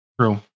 True